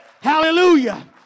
Hallelujah